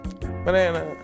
banana